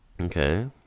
Okay